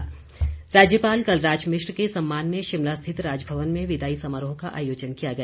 राज्यपाल विदाई राज्यपाल कलराज मिश्र के सम्मान में शिमला स्थित राजभवन में विदाई समारोह का आयोजन किया गया